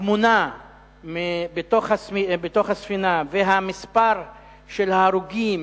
התמונה בתוך הספינה, מספר ההרוגים